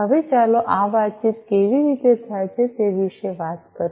હવે ચાલો આ વાતચીત કેવી રીતે થાય છે તે વિશે વાત કરીએ